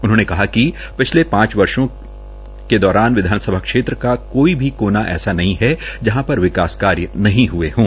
उन्होंने कहा कि पिछले पांच वर्षो विधानसभा क्षेत्र का कोई भी कोना ऐसा नही है जहां पर विकास कार्य नही हूए हों